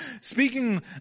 speaking